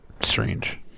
strange